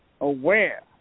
aware